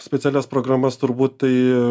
specialias programas turbūt tai